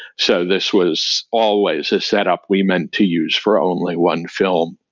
so this was always a setup we meant to use for only one film.